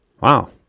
Wow